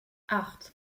acht